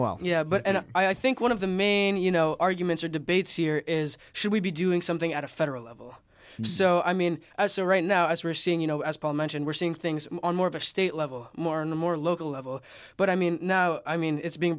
well yeah but i think one of the main you know arguments are debates here is should we be doing something at a federal level so i mean right now as we're seeing you know as paul mentioned we're seeing things more of a state level more in the more local level but i mean no i mean it's being